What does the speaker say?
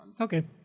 Okay